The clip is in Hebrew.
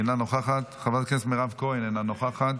אינה נוכחת, חברת הכנסת מירב כהן, אינה נוכחת,